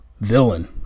villain